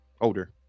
older